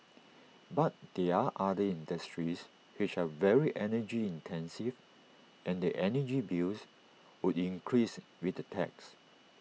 but there are other industries which are very energy intensive and their energy bills would increase with the tax